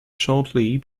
shortly